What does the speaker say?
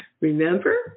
Remember